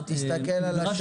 תסתכל על השעון.